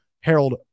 harold